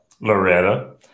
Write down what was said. Loretta